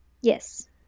Yes